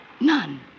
None